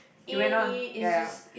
he went on ya ya